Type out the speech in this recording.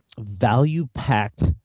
value-packed